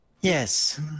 Yes